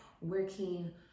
working